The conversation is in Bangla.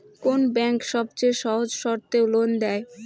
কোন ব্যাংক সবচেয়ে সহজ শর্তে লোন দেয়?